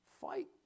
fight